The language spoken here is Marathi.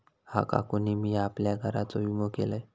हा, काकानु मी आपल्या घराचो विमा केलंय